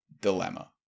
dilemma